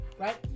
Right